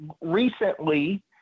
recently